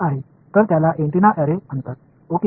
எனவே இது ஆண்டெனாகளின் வரிசை என்று அழைக்கப்படுகிறது